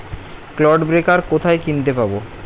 Clod breaker কোথায় কিনতে পাব?